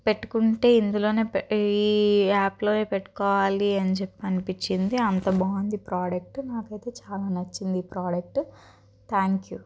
పెట్టుకుంటే ఇందులోనే పె ఈ యాప్లో పెట్టుకోవాలి అని చెప్పి అనిపించింది అంత బాగుంది ప్రోడక్ట్ నాకైతే చాలా నచ్చింది ప్రోడక్ట్ థ్యాంక్ యూ